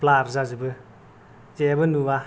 blur जाजोबो जेबो नुवा